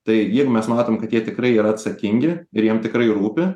tai jeigu mes matom kad jie tikrai yra atsakingi ir jiem tikrai rūpi